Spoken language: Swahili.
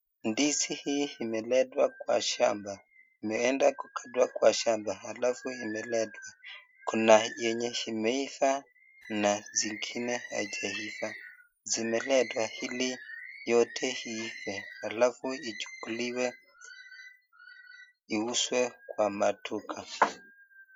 Ndizi hii imeletwa kwa shamba. Imeenda kukatwa kwa shamba alafu imeletwe. Kuna yenye imeiva na zingine haijaiva. Zimeletwa hili yote iive alafu ichukuliwe iuzwe kwa maduka.